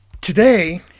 Today